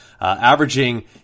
averaging